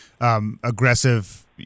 aggressive